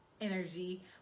energy